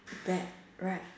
bad right